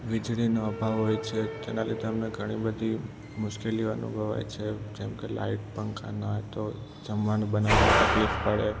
વીજળીનો અભાવ હોય છે તેના લીધે અમને ઘણી બધી મુશ્કેલીઓ અનુભવાય છે જેમ કે લાઇટ પંખા ન હોય તો જમવાનું બનાવી તકલીફ પડે